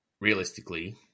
realistically